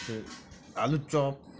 আলুর চপ